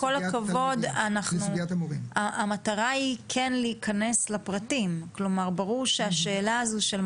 פעם הבאה נשתדל להעביר את השאלות מראש.